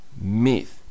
myth